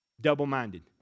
Double-minded